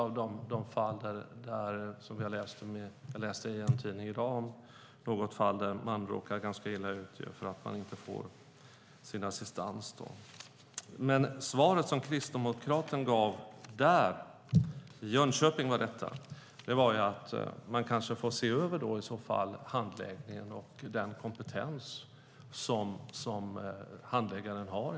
Jag läste bland annat en tidning i dag om ett fall där någon hade råkat illa ut för att man inte får sin assistans. Men det svar som kristdemokraten gav där - det var i Jönköping - var att man kanske får se över handläggningen och den kompetens som handläggaren har.